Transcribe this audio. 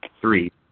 three